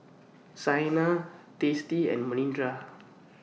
Saina Teesta and Manindra